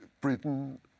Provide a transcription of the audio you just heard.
britain